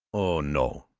oh, no,